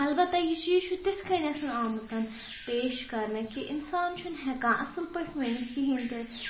البَتہ یہِ چیٖز چھُ تِتھ کٔنٮ۪تھ آمُت پیش کرنہٕ کہِ اِنسان چھُنہٕ ہٮ۪کان اَصٕل پٲٹھۍ ؤنِتھ کِہیٖنۍ تہِ